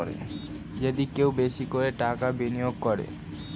যদি কেউ বেশি করে টাকা বিনিয়োগ করে